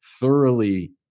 thoroughly